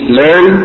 learn